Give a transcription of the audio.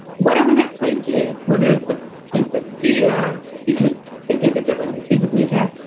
whatever that place is, whether it's a place of fear because they think that they're going to be physically attacked.